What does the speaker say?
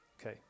okay